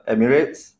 Emirates